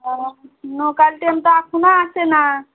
ও local ট্রেনটা এখনো আসে না